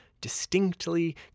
distinctly